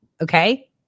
Okay